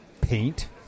paint